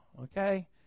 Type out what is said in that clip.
okay